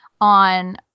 on